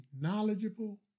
knowledgeable